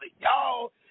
Y'all